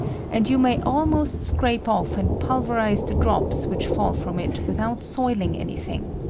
and you may almost scrape off and pulverize the drops which fall from it without soiling any thing.